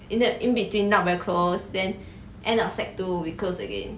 in the in between not very close then end of sec two we close again